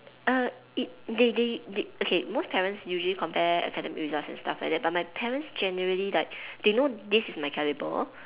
err it they they they okay most parents usually compare academic results and stuff like that but my parents generally like they know this is my calibre